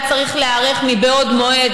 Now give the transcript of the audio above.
היה צריך להיערך מבעוד מועד,